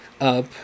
up